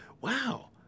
Wow